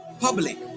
public